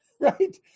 right